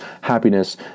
happiness